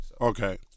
Okay